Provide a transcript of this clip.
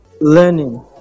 learning